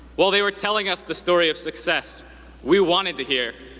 while they were telling us the story of success we wanted to hear,